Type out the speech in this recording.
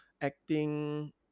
acting